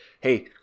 Hey